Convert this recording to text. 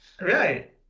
Right